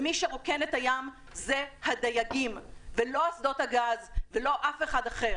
ומי שרוקן את הים זה הדייגים ולא אסדות הגז ולא אף אחד אחר.